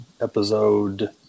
episode